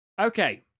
Okay